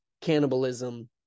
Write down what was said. Cannibalism